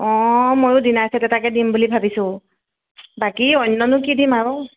অ' ময়ো dinner set এটাকে দিম বুলি ভাবিছোঁ বাকী অন্যনো কি দিম আৰু